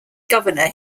governor